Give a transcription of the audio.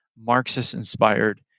Marxist-inspired